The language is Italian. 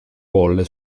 colle